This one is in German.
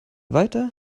weiter